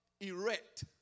erect